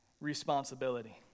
responsibility